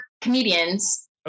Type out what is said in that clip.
comedians